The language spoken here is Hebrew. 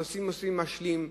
אנשים עושים ”משלים",